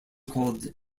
called